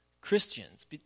Christians